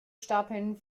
stapeln